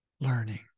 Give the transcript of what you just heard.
learning